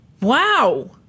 Wow